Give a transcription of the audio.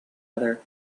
other